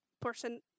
portion